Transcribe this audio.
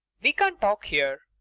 we can't talk here.